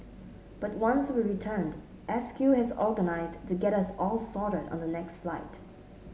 but once we returned S Q has organised to get us all sorted on the next flight